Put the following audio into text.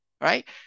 right